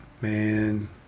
Man